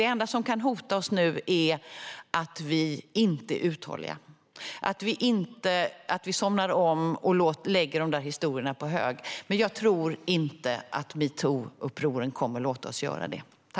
Det enda som kan hota oss nu är att vi inte är uthålliga, att vi somnar om och lägger historierna på hög. Jag tror dock inte att metoo-uppropen kommer att låta oss göra det.